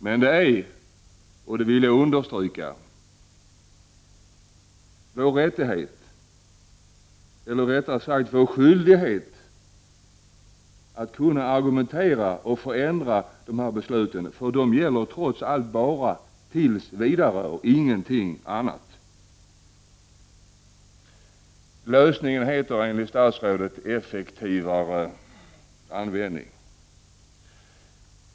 Men jag vill understryka att det är vår rättighet eller rättare sagt vår skyldighet att kunna argumentera och förändra besluten, för de gäller trots allt bara tills vidare. Enligt statsrådet heter lösningen ”effektivare användning”.